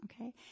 Okay